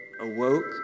awoke